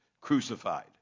crucified